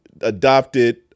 adopted